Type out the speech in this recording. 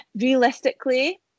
realistically